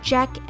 Jack